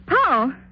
Paul